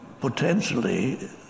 potentially